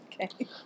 Okay